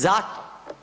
Zato.